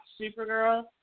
Supergirl